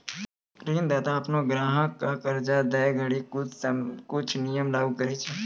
ऋणदाता अपनो ग्राहक क कर्जा दै घड़ी कुछ नियम लागू करय छै